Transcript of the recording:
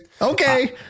Okay